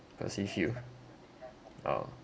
perceive you oh